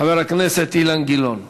חבר הכנסת אילן גילאון.